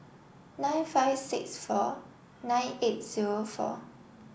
nine five six four nine eight zero four